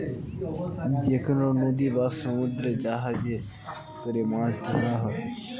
যেকনো নদী বা সমুদ্রে জাহাজে করে মাছ ধরা হয়